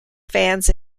fans